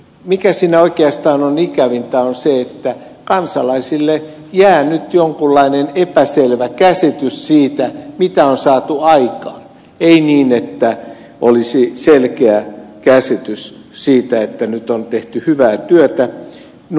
mikä siinä oikeastaan on ikävintä on se että kansalaisille jää nyt jonkunlainen epäselvä käsitys siitä mitä on saatu aikaan ei niin että olisi selkeä käsitys siitä että nyt on tehty hyvää työtä